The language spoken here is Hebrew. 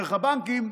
דרך הבנקים,